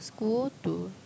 school to